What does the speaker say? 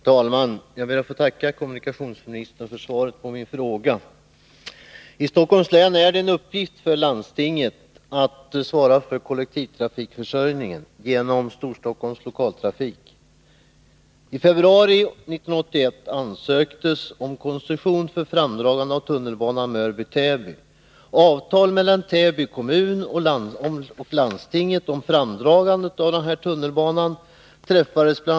Herr talman! Jag ber att få tacka kommunikationsministern för svaret på min fråga. I Stockholms län är det en uppgift för landstinget att svara för kollektivtrafikförsörjningen genom Storstockholms lokaltrafik. I februari 1981 ansöktes om koncession för framdragande av tunnelbana Mörby-Täby. Avtal mellan Täby kommun och landstinget om framdragandet av den här tunnelbanan träffades. Bl.